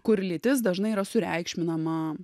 kur lytis dažnai yra sureikšminama